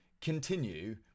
continue